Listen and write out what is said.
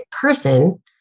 person